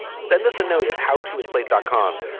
send us a note at how to its slate dot com.